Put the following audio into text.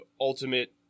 Ultimate